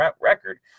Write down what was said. record